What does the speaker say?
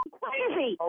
crazy